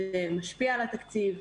זה משפיע על התקציב,